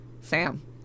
Sam